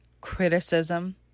criticism